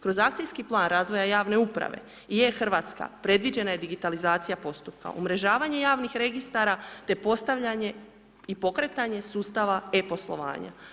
Kroz akcijski plan razvoja javne uprave i e-Hrvatska predviđena je digitalizacija postupka, umrežavanje javnih registara te postavljanje i pokretanje sustava e-poslovanja.